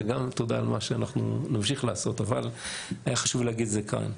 זה גם תודה על מה שאנחנו נמשיך לעשות אבל היה חשוב לי להגיד את זה כאן.